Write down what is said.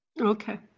okay